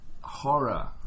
horror